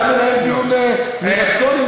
ראש הממשלה הרים את ידו נגד גוש-קטיף, כן.